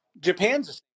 Japan's